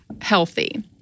healthy